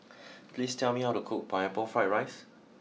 please tell me how to cook Pineapple Fried Rice